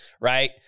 right